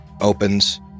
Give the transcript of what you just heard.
opens